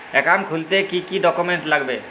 Account খুলতে কি কি ডকুমেন্ট লাগবে?